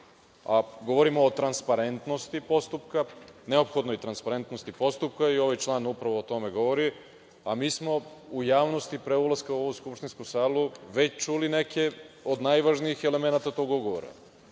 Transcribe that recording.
a govorimo o transparentnosti postupka, neophodnoj transparentnosti postupka i ovaj član upravo o tome govori. Mi smo u javnosti, pre ulaska u ovu skupštinsku salu, već čuli neke od najvažnijih elemenata tog ugovora.